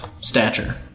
stature